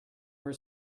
were